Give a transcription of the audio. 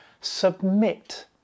submit